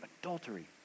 adultery